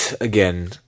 again